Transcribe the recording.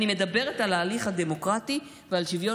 אני מדברת על ההליך הדמוקרטי ועל שוויון